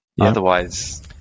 otherwise